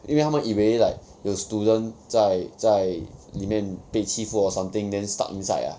因为他们以为 like 有 student 在在里面被欺负 or something then stuck inside ah